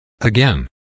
Again